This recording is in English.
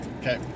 Okay